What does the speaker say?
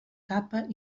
capa